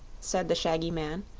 said the shaggy man,